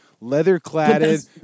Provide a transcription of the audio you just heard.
leather-cladded